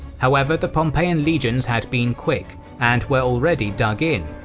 however, the pompeian legions had been quick and were already dug in,